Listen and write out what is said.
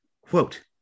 Quote